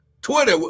Twitter